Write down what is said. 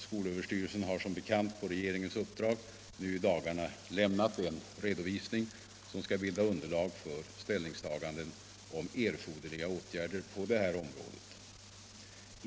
Skolöverstyrelsen har som bekant på regeringens uppdrag nu i dagarna lämnat en redovisning som skall bilda underlag för ställningstaganden om erforderliga åtgärder på detta område.